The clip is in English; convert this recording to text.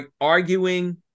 arguing